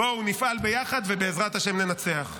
בואו נפעל ביחד, ובעזרת השם ננצח.